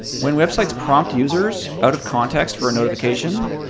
when websites prompt users out of context for a notification,